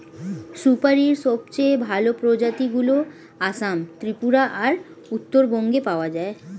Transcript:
সুপারীর সবচেয়ে ভালো প্রজাতিগুলো আসাম, ত্রিপুরা আর উত্তরবঙ্গে পাওয়া যায়